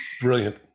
Brilliant